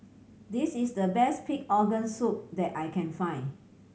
this is the best pig organ soup that I can find